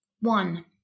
One